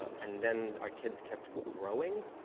and then, our kids kept growing,